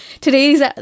Today's